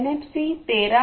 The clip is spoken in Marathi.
एनएफसी 13